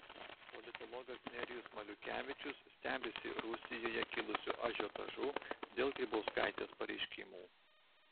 politologas nerijus maliukevičius stebisi rusijoje kilusiu ažiotažu dėl grybauskaitės pareiškimų